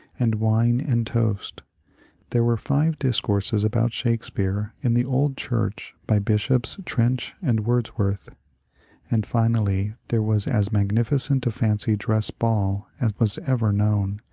and wine and toast there were five discourses about shakespeare in the old church by bishops trench and wordsworth and finally there was as magnificent a fancy dress ball as was ever known,